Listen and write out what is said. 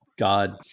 God